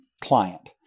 client